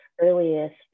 earliest